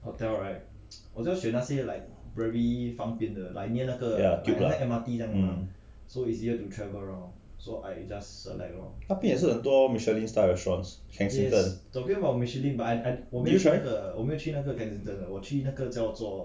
ya hmm 那边也是很多 michelin star restaurant kensington have you tried